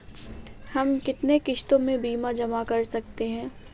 हम कितनी किश्तों में बीमा जमा कर सकते हैं?